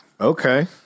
Okay